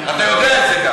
אתה יודע את זה,